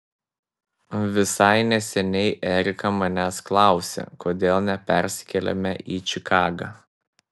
visai neseniai erika manęs klausė kodėl nepersikeliame į čikagą